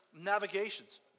navigations